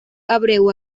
abreu